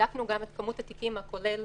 בדקנו גם את כמות התיקים הכוללת,